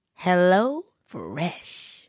HelloFresh